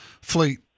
fleet